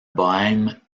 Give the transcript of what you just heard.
bohême